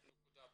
תודה.